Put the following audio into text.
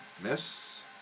Miss